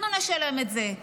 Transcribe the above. אנחנו נשלם את זה,